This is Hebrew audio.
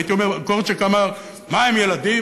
קורצ'אק אמר: מה הם ילדים?